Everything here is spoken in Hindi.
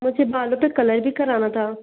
मुझे बालों पर कलर भी कराना था